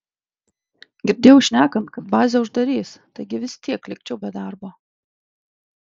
girdėjau šnekant kad bazę uždarys taigi vis tiek likčiau be darbo